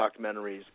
documentaries